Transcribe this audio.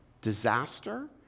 disaster